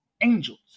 angels